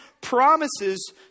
promises